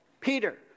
Peter